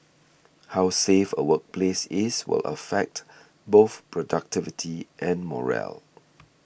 how safe a workplace is will affect both productivity and morale